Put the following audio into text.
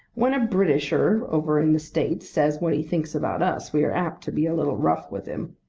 when a britisher over in the states says what he thinks about us, we are apt to be a little rough with him.